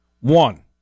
One